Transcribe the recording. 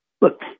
look